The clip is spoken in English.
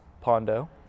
Pondo